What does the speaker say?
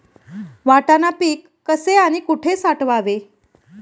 वाटाणा पीक कसे आणि कुठे साठवावे?